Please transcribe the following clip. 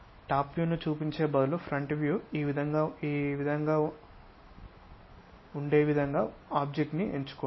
top view ను చూపించే బదులు ఫ్రంట్ వ్యూ ఈ విధంగా ఉండే విధంగా వస్తువును ఎంచుకోండి